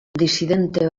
disidente